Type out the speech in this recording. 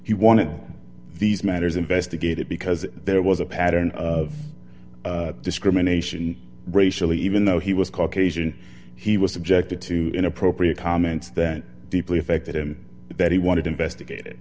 he wanted these matters investigated because there was a pattern of discrimination racially even though he was caucasian he was subjected to inappropriate comments that deeply affected him that he wanted investigat